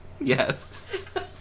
Yes